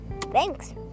thanks